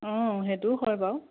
অঁ সেইটোও হয় বাৰু